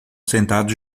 sentados